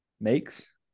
makes